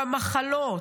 במחלות,